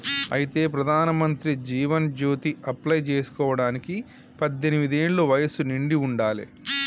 అయితే ప్రధానమంత్రి జీవన్ జ్యోతి అప్లై చేసుకోవడానికి పద్దెనిమిది ఏళ్ల వయసు నిండి ఉండాలి